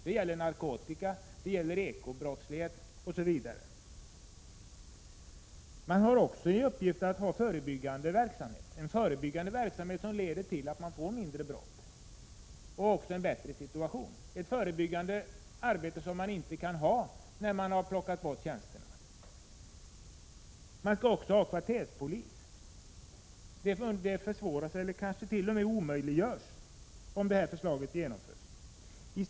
Det gäller narkotika, ekobrottslighet osv. I uppgifterna ingår också förebyggande verksamhet. Det är en förebyggande verksamhet som leder till att man får färre brott och en bättre situation. Det är ett förebyggande arbete som man inte kan bedriva när flera tjänster har plockats bort. Man skall också ha kvarterspolis. Det försvåras eller kanske t.o.m. omöjliggörs om detta förslag genomförs.